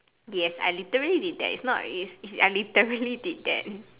yes I literally did that it's not is is I literally did that